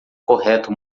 correto